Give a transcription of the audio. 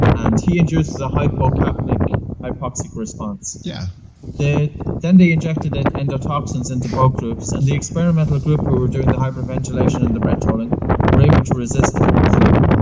and he induces a hypocapnic hypoxic response yeah then they injected and endotoxins into both groups, and the experimental group who were doing the hyperventilation and the breath-holding were able to resist the flu,